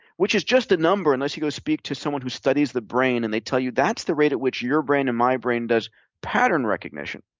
which is just a number unless you go speak to someone who studies the brain, and they tell you that's the rate at which your brain and my brain does pattern recognition,